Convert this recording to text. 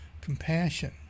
compassion